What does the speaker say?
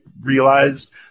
realized